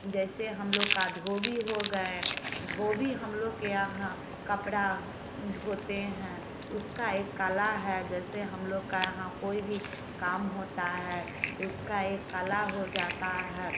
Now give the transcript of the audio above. जैसे हम लोग का धोबी हो गए धोबी हम लोग के यहाँ कपड़ा धोते हैं तो उसका एक कला है जैसे हम लोग का कोई भी काम होता है तो उसका एक कला हो जाता है